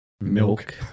milk